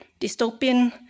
dystopian